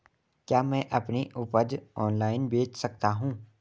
क्या मैं अपनी उपज ऑनलाइन बेच सकता हूँ?